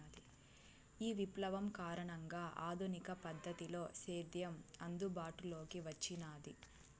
ఈ విప్లవం కారణంగా ఆధునిక పద్ధతిలో సేద్యం అందుబాటులోకి వచ్చినాది